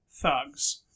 thugs